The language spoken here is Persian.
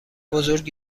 بزرگ